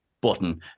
button